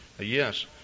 yes